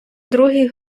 другий